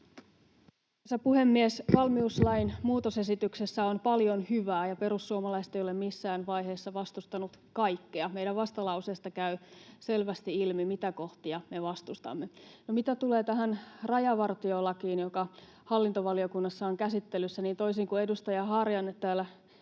Arvoisa puhemies! Valmiuslain muutosesityksessä on paljon hyvää, ja perussuomalaiset eivät ole missään vaiheessa vastustaneet kaikkea. Meidän vastalauseestamme käy selvästi ilmi, mitä kohtia me vastustamme. No, mitä tulee tähän rajavartiolakiin, joka hallintovaliokunnassa on käsittelyssä, niin toisin kuin edustaja Harjanne täällä